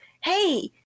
hey